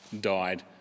died